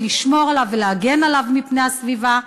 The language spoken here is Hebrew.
ולשמור עליו ולהגן עליו מפני הסביבה,